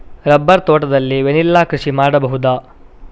Rubber ತೋಟದಲ್ಲಿ vanilla ಕೃಷಿ ಮಾಡಬಹುದಾ?